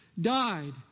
died